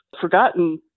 forgotten